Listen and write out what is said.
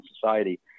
society